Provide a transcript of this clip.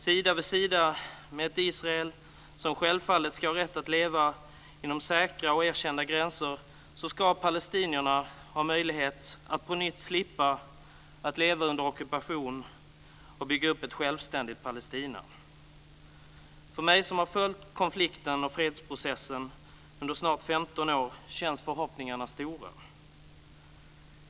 Sida vid sida med ett Israel som självfallet ska ha rätt att leva inom säkra och erkända gränser ska palestinierna ha möjlighet att på nytt slippa att leva under ockupation och bygga upp ett självständigt Palestina. För mig som har följt konflikten och fredsprocessen under snart 15 år känns förhoppningarna stora.